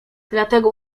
dlatego